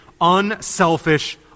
unselfish